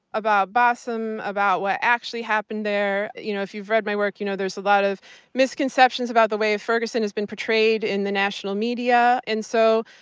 about bassem, about what actually happened there. you know, if you've read my work you know there's a lot of misconceptions about the way ferguson has been portrayed in the national media, and so,